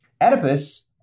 Oedipus